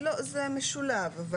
זה משולב.